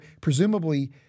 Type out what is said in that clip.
presumably